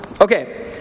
Okay